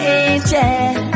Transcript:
angel